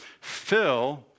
fill